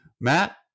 Matt